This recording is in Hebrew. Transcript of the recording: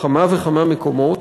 בכמה וכמה מקומות,